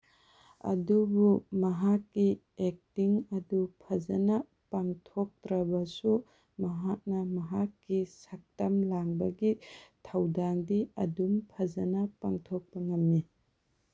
ꯑꯗꯨꯕꯨ ꯃꯍꯥꯛꯀꯤ ꯑꯦꯛꯇꯤꯡ ꯑꯗꯨ ꯐꯖꯅ ꯄꯥꯡꯊꯣꯛꯇ꯭ꯔꯕꯁꯨ ꯃꯍꯥꯛꯅ ꯃꯍꯥꯛꯀꯤ ꯁꯛꯇꯝ ꯂꯥꯡꯕꯒꯤ ꯊꯧꯗꯥꯡꯗꯤ ꯑꯗꯨꯝ ꯐꯖꯅ ꯄꯥꯡꯊꯣꯛꯄ ꯉꯝꯃꯤ